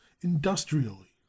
industrially